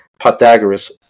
Pythagoras